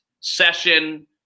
session